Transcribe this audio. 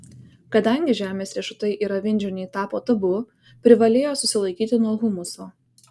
kadangi žemės riešutai ir avinžirniai tapo tabu privalėjo susilaikyti nuo humuso